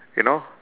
you know